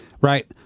Right